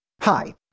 Hi